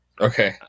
Okay